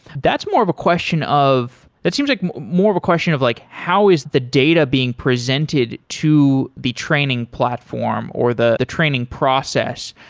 that's more of a question of that seems like more of a question of like how is the data being presented to the training platform, or the training process?